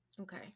Okay